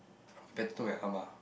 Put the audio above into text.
I'll be better to my Ah-Ma